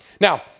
Now